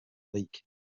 leak